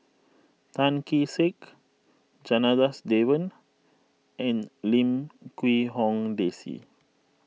Tan Kee Sek Janadas Devan and Lim Quee Hong Daisy